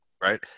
right